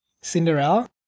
Cinderella